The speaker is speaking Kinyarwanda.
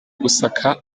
gusaka